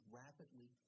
rapidly